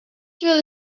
feel